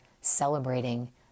celebrating